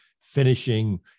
finishing